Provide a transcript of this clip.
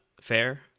fair